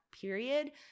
period